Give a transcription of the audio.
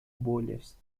bolhas